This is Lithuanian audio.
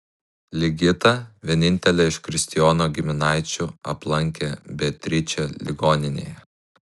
ligita vienintelė iš kristijono giminaičių aplankė beatričę ligoninėje